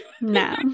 no